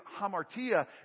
hamartia